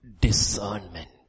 discernment